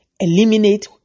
Eliminate